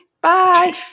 Bye